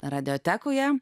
radijo teko ją